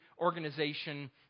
organization